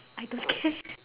I don't care